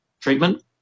treatment